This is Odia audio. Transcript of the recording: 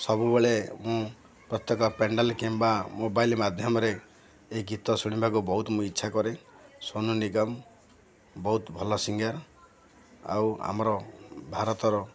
ସବୁବେଳେ ମୁଁ ପ୍ରତ୍ୟେକ ପେଣ୍ଡାଲ କିମ୍ବା ମୋବାଇଲ ମାଧ୍ୟମରେ ଏଇ ଗୀତ ଶୁଣିବାକୁ ବହୁତ ମୁଁ ଇଚ୍ଛା କରେ ସୋନୁ ନିଗମ ବହୁତ ଭଲ ସିଙ୍ଗର୍ ଆଉ ଆମର ଭାରତର